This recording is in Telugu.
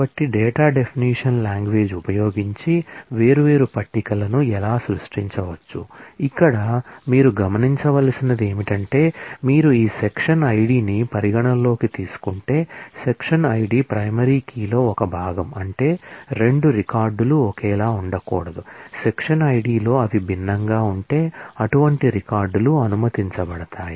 కాబట్టి డేటా డెఫినిషన్ లాంగ్వేజ్ ఉపయోగించి వేర్వేరు పట్టికలను ఎలా సృష్టించవచ్చు ఇక్కడ మీరు గమనించవలసినది ఏమిటంటే మీరు ఈ సెక్షన్ ఐడిని పరిగణనలోకి తీసుకుంటే సెక్షన్ ఐడి ప్రైమరీ కీ లో ఒక భాగం అంటే 2 రికార్డులు ఒకేలా ఉండకూడదు సెక్షన్ ID లో అవి భిన్నంగా ఉంటే అటువంటి రికార్డులు అనుమతించబడతాయి